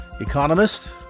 economist